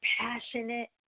passionate